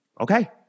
Okay